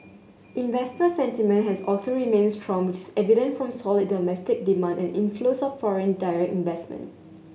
investor sentiment has also remained strong which evident from solid domestic demand and inflows of foreign direct investment